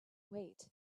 wait